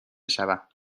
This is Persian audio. شوم